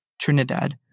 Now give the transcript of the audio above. Trinidad